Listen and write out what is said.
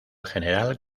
general